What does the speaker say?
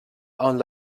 amb